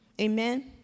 Amen